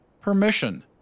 permission